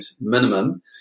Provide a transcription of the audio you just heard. minimum